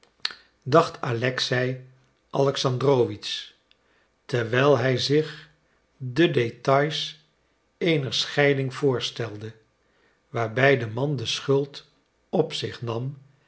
dacht alexei alexandrowitsch terwijl hij zich de details eener scheiding voorstelde waarbij de man de schuld op zich nam